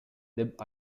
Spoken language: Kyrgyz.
деп